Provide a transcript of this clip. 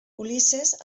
ulisses